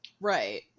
Right